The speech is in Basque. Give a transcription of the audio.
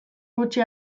gutxi